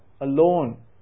alone